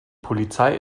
polizei